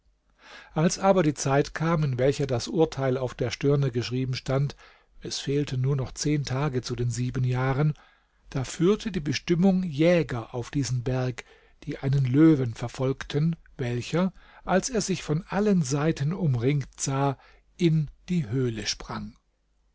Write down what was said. als aber die zeit kam in welcher das urteil auf der stirne geschrieben stand es fehlten nur noch zehn tage zu den sieben jahren da führte die bestimmung jäger auf diesen berg die einen löwen verfolgten welcher als er sich von allen seiten umringt sah in die höhle sprang